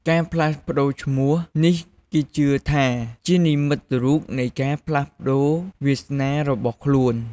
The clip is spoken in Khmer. ការផ្លាស់ប្ដូរឈ្មោះនេះគេជឿថាជានិមិត្តរូបនៃការផ្លាស់ប្ដូរវាសនារបស់ខ្លួន។